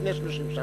לפני 30 שנה.